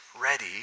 ready